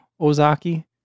Ozaki